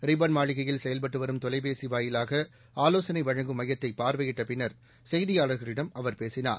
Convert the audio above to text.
ribbon மாளிகையில் செயல்பட்டு வரும் தொலைபேசி வாயிலாக ஆலோசனை வழங்கும் மையத்தை பார்வையிட்ட பின்னர் செய்தியாளர்களிடம் அவர் பேசினார்